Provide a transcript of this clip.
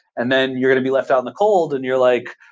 and then you're going to be left out in the cold and you're like,